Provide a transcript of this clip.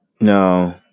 No